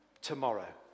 tomorrow